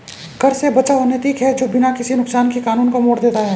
कर से बचाव अनैतिक है जो बिना किसी नुकसान के कानून को मोड़ देता है